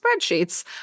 spreadsheets